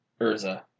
Urza